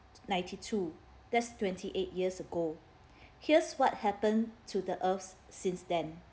ninety two that's twenty eight years ago here's what happened to the earth's since then